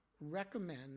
recommend